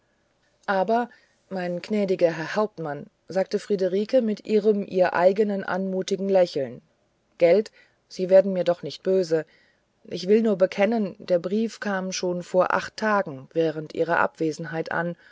aber mein gnädiger herr hauptmann sagte friederike mit ihrem ihr eigenen anmutigen lächeln gelt sie werden mir doch nicht böse ich will nur bekennen der brief kam schon vor acht tagen während ihrer abwesenheit an